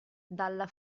dalla